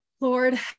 Lord